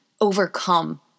overcome